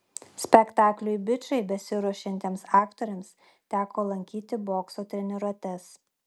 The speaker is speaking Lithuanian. spektakliui bičai besiruošiantiems aktoriams teko lankyti bokso treniruotes